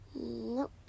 nope